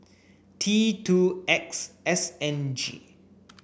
T two X S N G